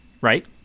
right